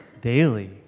daily